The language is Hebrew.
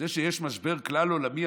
את זה שיש משבר כלל-עולמי,